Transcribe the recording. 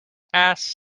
ass